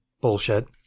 bullshit